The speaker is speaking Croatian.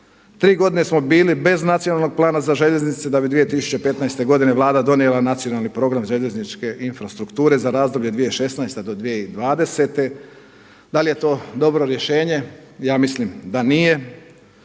3 godine smo bili bez nacionalnog plana za željeznice da bi 2015. godine Vlada donijela nacionalni program željezničke infrastrukture za razdoblje 2016.-2020.. Da li je to dobro rješenje, ja mislim da nije.